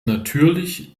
natürlich